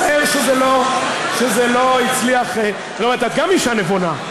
מצער שזה לא הצליח, זאת אומרת, את גם אישה נבונה,